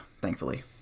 Thankfully